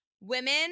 women